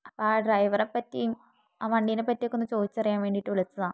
ആ ഡ്രൈവറെ പറ്റിയും ആ വണ്ടീനെപ്പറ്റിയൊക്കെ ഒന്നു ചോദിച്ചറിയാൻ വേണ്ടിയിട്ട് വിളിച്ചതാണ്